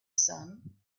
son